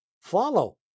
follow